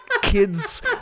kid's